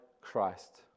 Christ